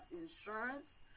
insurance